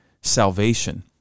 salvation